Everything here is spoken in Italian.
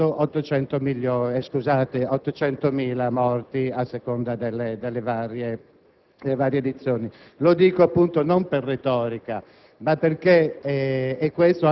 In questo caso mi è d'obbligo ricordare (non lo si fa mai, ma credo lo si debba fare) il famoso triangolo marrone. Pochi lo sanno, ma il triangolo marrone